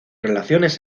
relaciones